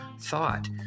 thought